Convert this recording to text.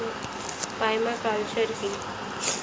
Parma culture কি?